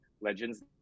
legends